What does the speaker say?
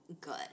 good